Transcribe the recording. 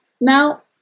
now